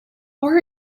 were